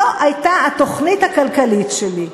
זו הייתה התוכנית הכלכלית שלי."